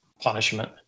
punishment